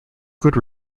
good